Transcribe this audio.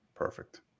Perfect